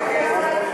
הלאה.